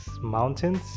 mountains